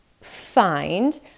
find